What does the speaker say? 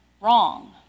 wrong